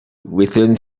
within